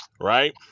Right